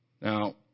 Now